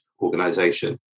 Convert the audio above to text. organization